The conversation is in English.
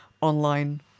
online